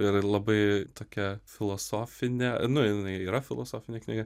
ir labai tokia filosofinė nu jinai ir yra filosofinė knyga